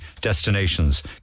destinations